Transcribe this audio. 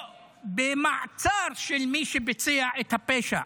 או במעצר של מי שביצע את הפשע,